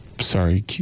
Sorry